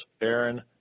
Aaron